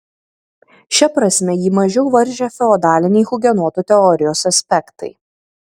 šia prasme jį mažiau varžė feodaliniai hugenotų teorijos aspektai